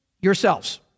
yourselves